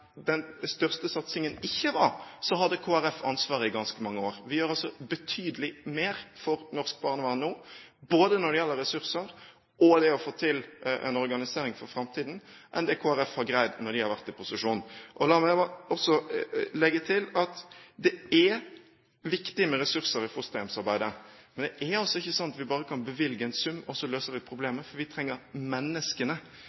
den største satsingen ikke var, hadde Kristelig Folkeparti ansvaret i ganske mange år. Vi gjør betydelig mer for norsk barnevern nå, både når det gjelder ressurser, og når det gjelder det å få til en organisering for framtiden, enn det Kristelig Folkeparti har greid når de har vært i posisjon. La meg også legge til at det er viktig med ressurser i fosterhjemsarbeidet, men det er altså ikke slik at vi bare kan bevilge en sum,